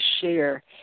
share